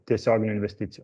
tiesioginių investicijų